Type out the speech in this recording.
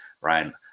Ryan